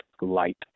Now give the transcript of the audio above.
light